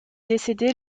décédé